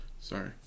Sorry